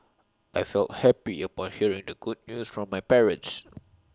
I felt happy upon hearing the good news from my parents